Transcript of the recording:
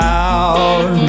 out